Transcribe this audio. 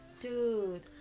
dude